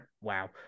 wow